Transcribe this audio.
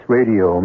Radio